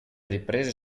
riprese